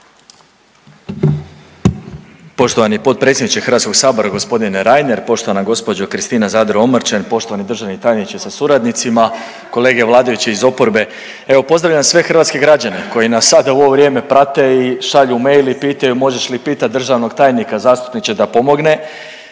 Poštovani potpredsjedniče Hrvatskog sabora gospodine Reiner, poštovana gospođo Kristina Zadro Omrčen, poštovani državni tajniče sa suradnicima, kolege vladajuće iz oporbe, evo pozdravljam sve hrvatske građane koji nas sada u ovo vrijeme prate i šalju mail i pitaju možeš li pitati državnog tajnika zastupniče da pomogne,